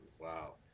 Wow